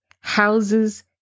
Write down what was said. houses